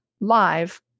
live